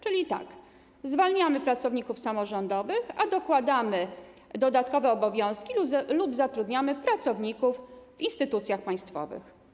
Czyli tak: zwalniamy pracowników samorządowych, a dokładamy dodatkowe obowiązki lub zatrudniamy pracowników w instytucjach państwowych.